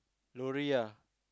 lorry ah